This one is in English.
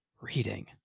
reading